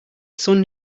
sun